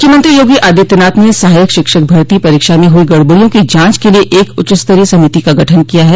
मुख्यमंत्री योगी आदित्यनाथ ने सहायक शिक्षक भर्ती परीक्षा में हुई गड़बड़ियों की जांच के लिए एक उच्चस्तरीय समिति का गठन किया है